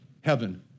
heaven